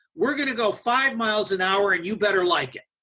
were gonna go five miles and hour and you better like it.